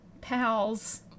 pals